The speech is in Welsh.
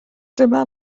dyma